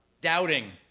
Doubting